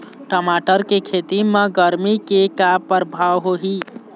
टमाटर के खेती म गरमी के का परभाव होही?